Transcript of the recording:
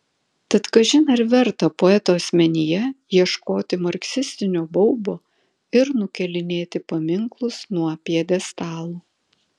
tad kažin ar verta poeto asmenyje ieškoti marksistinio baubo ir nukėlinėti paminklus nuo pjedestalų